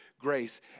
grace